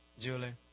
Julie